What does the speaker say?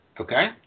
Okay